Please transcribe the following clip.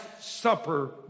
supper